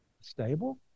stable